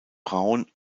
braun